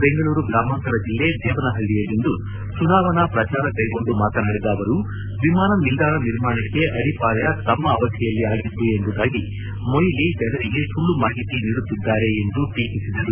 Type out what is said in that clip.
ಬೆಂಗಳೂರು ಗ್ರಾಮಾಂತರ ಜಿಲ್ಲೆ ದೇವನಹಳ್ಳಯಲ್ಲಿಂದು ಚುನಾವಣಾ ಪ್ರಚಾರ ಕೈಗೊಂಡು ಮಾತನಾಡಿದ ಅವರು ವಿಮಾನ ನಿಲ್ದಾಣ ನಿರ್ಮಾಣಕ್ಕೆ ಅಡಿಪಾಯ ತಮ್ಮ ಅವಧಿಯಲ್ಲಿ ಆಗಿದ್ದು ಎಂಬುದಾಗಿ ಮೊಯಿಲಿ ಜನರಿಗೆ ಸುಳ್ಳು ಮಾಹಿತಿ ನೀಡುತ್ತಿದ್ದಾರೆ ಎಂದು ಟೀಕಿಸಿದರು